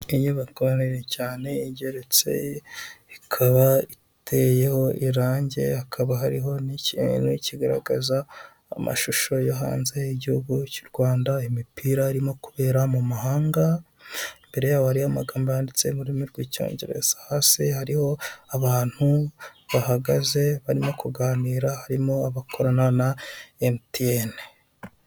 Inyubako nini cyane igeretse ikaba iteyeho irangi hakaba hariho n'ikintu kigaragaza amashusho yo hanze y'igihugu cy'u Rwanda imipira irimo kubera mu mahanga, imbere yaho hariho amagambo yanditse mu rurimi rw'icyongereza, hasi hariho abantu bahagaze barimo kuganira harimo abakorana na MTN.